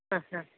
ആ ആ